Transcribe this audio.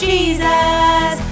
Jesus